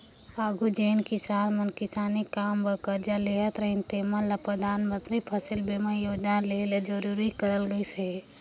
आघु जेन किसान मन किसानी काम बर करजा लेहत रहिन तेमन ल परधानमंतरी फसिल बीमा योजना लेहे ले जरूरी करल गइस अहे